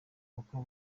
uko